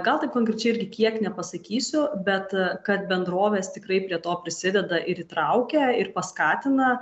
gal taip konkrečiai irgi kiek nepasakysiu bet kad bendrovės tikrai prie to prisideda ir įtraukia ir paskatina